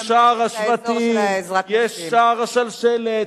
יש שער השבטים, יש שער השלשלת,